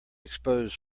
expose